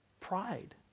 pride